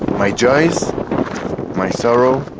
my joice my sorrow